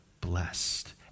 blessed